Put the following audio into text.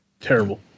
terrible